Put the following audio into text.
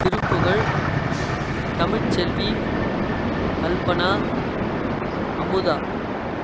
Thiruppugazh Tamilselvi Kalpana Amudha